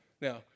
Now